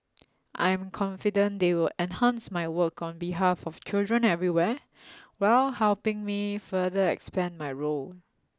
I am confident they will enhance my work on behalf of children everywhere while helping me further expand my role